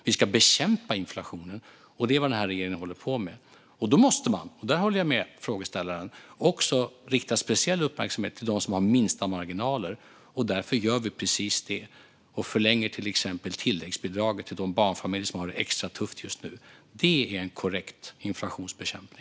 Vi ska bekämpa inflationen, och det är vad den här regeringen håller på med. Då måste man - och där håller jag med frågeställaren - också rikta speciell uppmärksamhet mot dem med minst marginaler, och därför gör vi precis det. Vi förlänger till exempel tilläggsbidraget till de barnfamiljer som har det extra tufft just nu. Det är korrekt inflationsbekämpning.